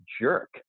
jerk